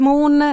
Moon